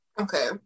Okay